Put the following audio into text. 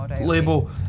label